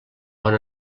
bon